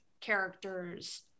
characters